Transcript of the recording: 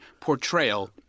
portrayal